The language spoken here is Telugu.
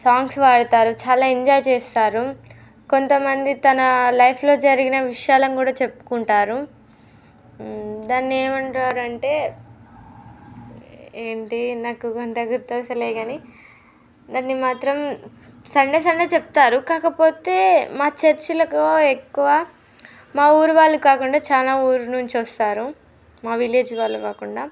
సాంగ్స్ పాడతారు చాలా ఎంజాయ్ చేస్తారు కొంత మంది తన లైఫ్లో జరిగిన విషయాలను కూడా చెప్పుకుంటారు దాన్ని ఏమంటారు అంటే ఏంటి నాకు అంత గుర్తొస్తలేదు కానీ దాన్ని మాత్రం సండే సండే చెప్తారు కాకపోతే మా చర్చీలకు ఎక్కువ మా ఊరు వాళ్ళు కాకుండా చాలా ఊరు నుంచి వస్తారు మా విలేజ్ వాళ్ళు కాకుండా